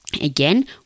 again